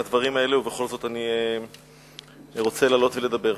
הדברים האלה ובכל זאת אני רוצה לעלות ולדבר.